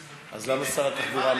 אז למה שר התחבורה,